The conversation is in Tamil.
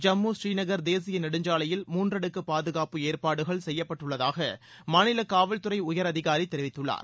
ஜம்மு ஸ்ரீநகர் தேசிய நெடுஞ்சாலையில் மூன்றடுக்கு பாதுகாப்பு ஏற்பாடுகள் செய்யப்பட்டுள்ளதாக மாநில காவல்துறை உயர் அதிகாரி தெரிவித்துள்ளார்